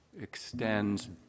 extends